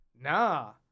nah